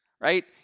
Right